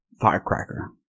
Firecracker